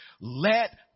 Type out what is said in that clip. Let